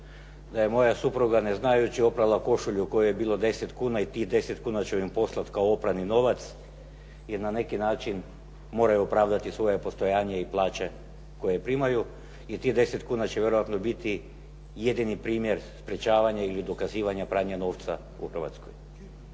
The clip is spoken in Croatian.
da je moja supruga ne znajući oprala košulju u kojoj je bilo 10 kuna i tih 10 kuna ću im poslat kao oprani novac, jer na neki način moraju opravdati svoje postojanje i plaće koje primaju i tih 10 kuna će vjerojatno biti jedini primjer sprečavanja ili dokazivanja pranja novca u Hrvatskoj.